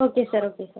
okay sir okay sir